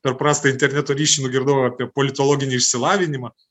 per prastą interneto ryšį nugirdau apie politologinį išsilavinimą